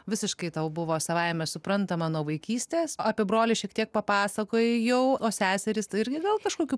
visiškai tau buvo savaime suprantama nuo vaikystės apie brolį šiek tiek papasakojai jau o seserys irgi dėl kažkokių